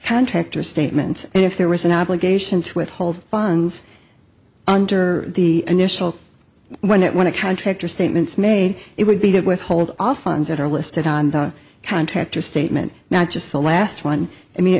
contract or statement if there was an obligation to withhold funds under the initial one when a contractor statements made it would be to withhold off funds that are listed on the contactor statement not just the last one i mean it